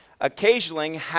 occasionally